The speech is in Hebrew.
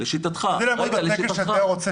לשיטתך --- כדי לעמוד בתקן שאתה רוצה